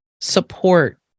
support